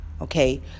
okay